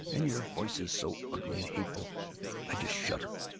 and your voice so ugly and hateful i just shudder!